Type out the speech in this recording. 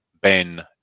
Ben